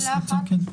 חשוב